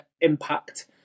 impact